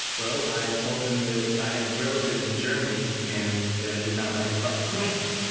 well i told them that i had relatives in germany and that i did not like to fight. right.